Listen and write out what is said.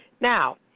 Now